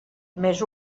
més